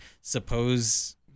suppose